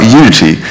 unity